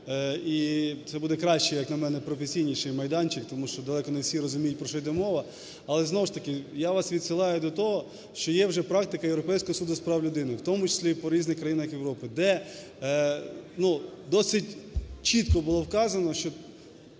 І це буде краще, як на мене, професійніший майданчик, тому що далеко не всі розуміють, про що йде мова. Але знову ж таки я вас відсилаю до того, що є вже практика Європейського суду з прав людини, в тому числі і по різних країнах Європи, де досить чітко було вказано, що